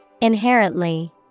Inherently